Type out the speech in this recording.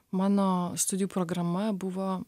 mano studijų programa buvo